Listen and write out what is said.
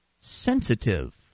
sensitive